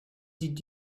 did